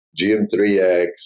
GM3X